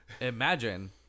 Imagine